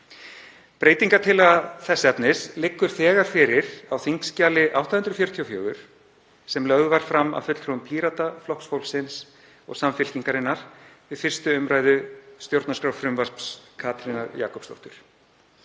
Breytingartillaga þess efnis liggur þegar fyrir á þskj. 844 og var lögð var fram af fulltrúum Pírata, Flokks fólksins og Samfylkingarinnar við 1. umr. stjórnarskrárfrumvarps Katrínar Jakobsdóttur.